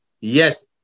yes